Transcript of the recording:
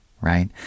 right